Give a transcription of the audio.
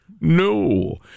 No